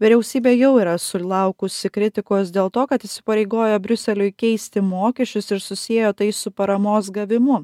vyriausybė jau yra sulaukusi kritikos dėl to kad įsipareigojo briuseliui keisti mokesčius ir susiejo tai su paramos gavimu